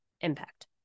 impact